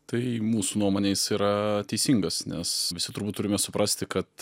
tai mūsų nuomone jis yra teisingas nes visi turbūt turime suprasti kad